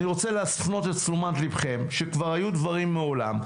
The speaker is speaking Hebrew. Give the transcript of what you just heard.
אני רוצה להפנות את תשומת לבכם שכבר היו דברים מעולם,